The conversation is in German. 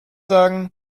sagen